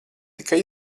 tikai